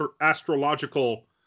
Astrological